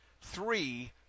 three